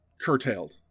curtailed